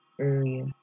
areas